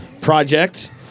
project